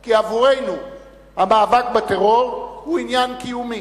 כי עבורנו המאבק בטרור הוא עניין קיומי.